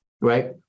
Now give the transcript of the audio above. right